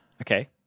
Okay